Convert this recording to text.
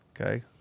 okay